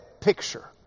picture